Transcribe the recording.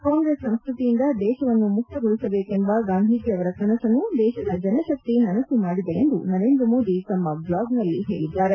ಕಾಂಗ್ರೆಸ್ ಸಂಸ್ಕತಿಯಿಂದ ದೇಶವನ್ನು ಮುಕ್ತಗೊಳಿಸಬೇಕೆಂಬ ಗಾಂಧೀಜಿ ಅವರ ಕನಸನ್ನು ದೇಶದ ಜನಶಕ್ತಿ ನನಸು ಮಾಡಿದೆ ಎಂದು ನರೇಂದ್ರ ಮೋದಿ ತಮ್ಮ ಬ್ಲಾಗ್ನಲ್ಲಿ ಹೇಳಿದ್ದಾರೆ